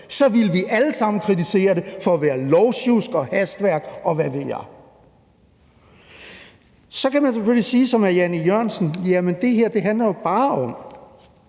ville vi alle sammen kritisere det for at være lovsjusk og hastværk, og hvad ved jeg. Så kan man selvfølgelig sige, som hr. Jan E. Jørgensen, at det her bare handler om